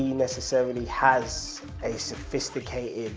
necessarily has a sophisticated,